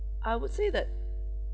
I would say that